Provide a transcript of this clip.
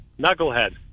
knucklehead